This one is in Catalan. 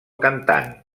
cantant